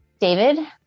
David